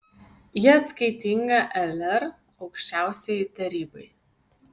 ji atskaitinga lr aukščiausiajai tarybai